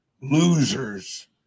losers